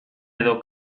edo